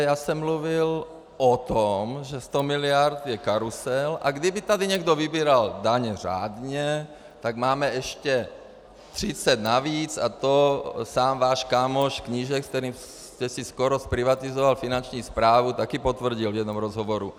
Já jsem mluvil o tom, že 100 miliard je karusel, a kdyby tady někdo vybíral daně řádně, tak máme ještě 30 navíc, a to sám váš kámoš Knížek, se kterým jste si skoro zprivatizoval finanční správu, také potvrdil v jednom rozhovoru.